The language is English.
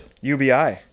UBI